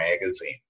magazine